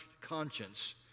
conscience